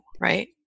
right